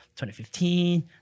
2015